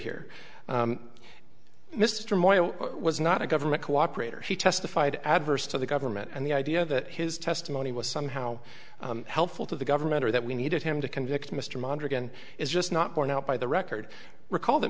here mr moyo was not a government cooperators he testified adverse to the government and the idea that his testimony was somehow helpful to the government or that we needed him to convict mr munder again is just not borne out by the record recall that